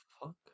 fuck